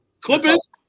Clippers